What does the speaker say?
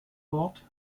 wort